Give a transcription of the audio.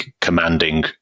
commanding